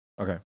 Okay